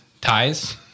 ties